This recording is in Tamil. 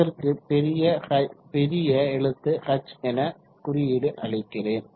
அதற்கு பெரிய எழுத்து H என குறியீடு அளிக்கிறேன்